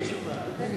זו לא תשובה.